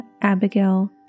Abigail